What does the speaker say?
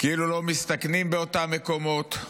כאילו לא מסתכנים באותם מקומות,